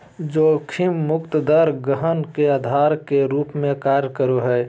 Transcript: जोखिम मुक्त दर गणना के आधार के रूप में कार्य करो हइ